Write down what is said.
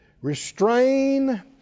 restrain